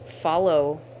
follow